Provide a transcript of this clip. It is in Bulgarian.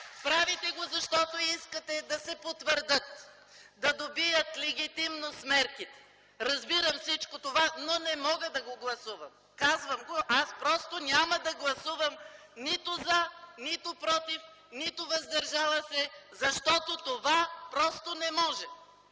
правите го, защото искате да се потвърдят, да добият легитимност мерките. Разбирам всичко това, но не мога да го гласувам. Казвам го: аз няма да гласувам нито „за”, нито „против”, нито „въздържала се”, защото това просто не може!